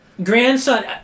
Grandson